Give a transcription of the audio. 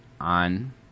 on